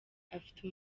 afite